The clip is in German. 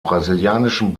brasilianischen